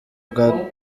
bwa